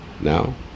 Now